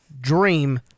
dream